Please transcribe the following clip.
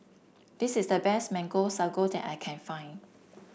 this is the best Mango Sago that I can find